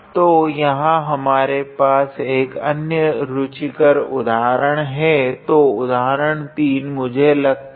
तो यहाँ हमारे पास अन्य रुचिकर उदाहरण है तो उदाहरण 3 मुझे लगता है